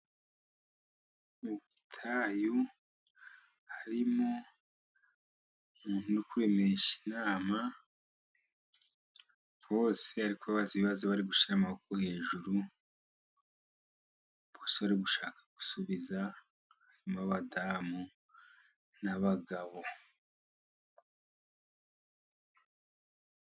Mu butayu harimo umuntu uri kuremesha inama, bose ari kubabaza ibibazo bari gushyira amaboko hejuru, bose bari gushaka gusubiza harimo abadamu n'abagabo.